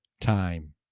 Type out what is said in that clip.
time